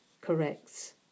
corrects